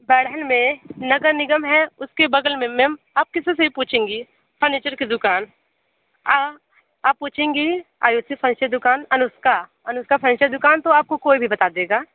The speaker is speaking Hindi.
बढ़न में नगर निगम है उसके बगल में मैम आप किसी से पूछेंगी फर्नीचर की दुकान आप पूछेंगी दुकान अनुष्का अनुष्का फर्नीचर दुकान तो आप को कोई भी बता देगा